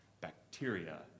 bacteria